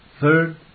Third